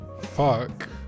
Fuck